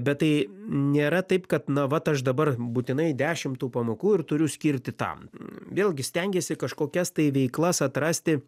bet tai nėra taip kad na vat aš dabar būtinai dešim tų pamokų ir turiu skirti tam vėlgi stengiesi kažkokias tai veiklas atrasti